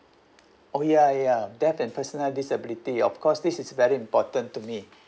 oh ya ya death and permanent disability of course this is very important to me